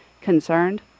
concerned